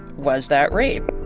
was that rape?